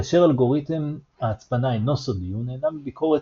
כאשר אלגוריתם ההצפנה אינו סודי הוא נהנה מביקורת